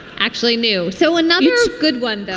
actually knew. so another good one,